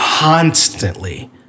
Constantly